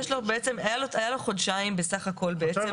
היו לו חודשיים בסך הכול.